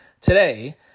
today